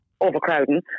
overcrowding